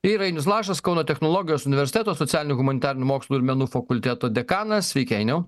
ir ainius lašas kauno technologijos universiteto socialinių humanitarinių mokslų ir menų fakulteto dekanas sveiki ainiau